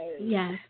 yes